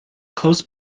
close